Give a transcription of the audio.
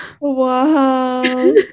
Wow